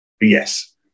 yes